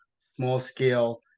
small-scale